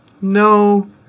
No